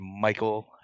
Michael